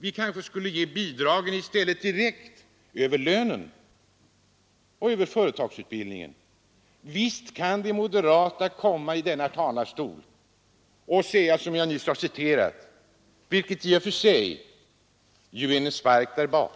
Vi kanske i stället skulle ge bidragen direkt över lönen och via företagsutbildningen. Visst kan moderaterna från kammarens talarstol hävda att sådant stöd redan utgår i stor omfattning. Det är i och för sig också att ge socialdemokraterna en spark där bak.